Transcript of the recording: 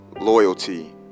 loyalty